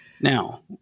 Now